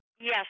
Yes